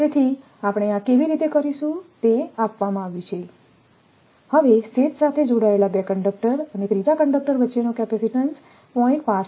તેથી આપણે આ કેવી રીતે કરીશું તે આપવામાં આવ્યું છે શેથ સાથે જોડાયેલા 2 કંડક્ટર અને ત્રીજા કંડક્ટર વચ્ચેનો કેપેસિટીન્સ 0